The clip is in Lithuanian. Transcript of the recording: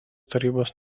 tarybos